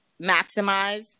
maximize